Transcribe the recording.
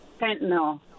fentanyl